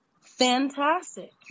Fantastic